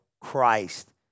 Christ